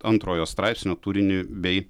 antrojo straipsnio turinį bei